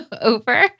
over